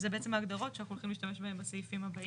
אלה ההגדרות שאנחנו הולכים להשתמש בהן בסעיפים הבאים.